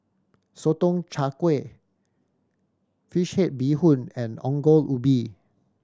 Sotong Char Kway fish head bee hoon and Ongol Ubi